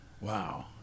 Wow